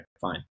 fine